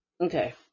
Okay